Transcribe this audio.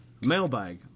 Mailbag